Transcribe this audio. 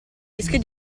rischio